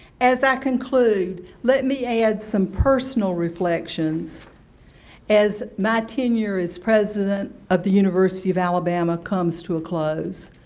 as i conclude, let me add some personal reflections as my tenure as president of the university of alabama comes to a close.